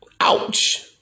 Ouch